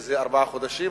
שזה ארבעה חודשים,